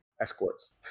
Escorts